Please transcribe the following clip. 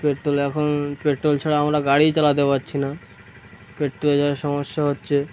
petrol এখন petrol ছাড়া আমরা গাড়িই চালাতে পারছি না পেট্রোলে যা সমস্যা হচ্ছে